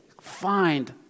find